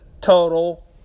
total